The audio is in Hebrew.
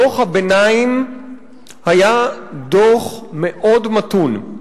דוח הביניים היה דוח מאוד מתון.